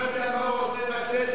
אני רק לא יודע מה הוא עושה בכנסת.